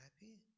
happy